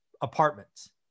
apartments